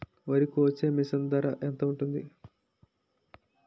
వరి కోసే మిషన్ ధర ఎంత ఉంటుంది?